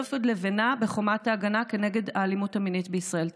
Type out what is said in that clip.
ולהוסיף עוד לבנה בחומת ההגנה נגד האלימות המינית בישראל.